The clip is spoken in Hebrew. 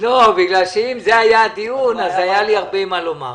אם זה היה הדיון, היה לי הרבה מה לומר.